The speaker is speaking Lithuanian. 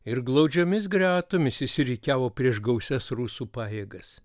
ir glaudžiomis gretomis išsirikiavo prieš gausias rusų pajėgas